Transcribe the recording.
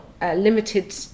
Limited